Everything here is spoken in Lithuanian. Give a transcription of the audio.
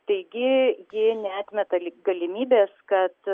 taigi ji neatmeta lyg galimybės kad